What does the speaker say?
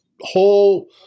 whole